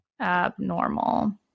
abnormal